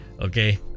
Okay